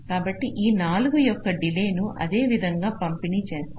కాబట్టి ఈ 4 యొక్క డిలే ను అదే విధంగా పంపిణీ చేస్తారు